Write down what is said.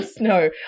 no